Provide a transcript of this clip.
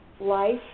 life